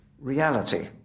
reality